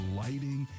lighting